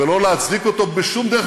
ולא להצדיק אותו בשום דרך,